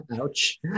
ouch